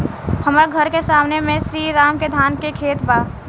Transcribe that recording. हमर घर के सामने में श्री राम के धान के खेत बा